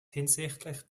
hinsichtlich